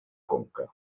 conca